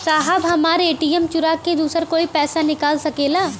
साहब हमार ए.टी.एम चूरा के दूसर कोई पैसा निकाल सकेला?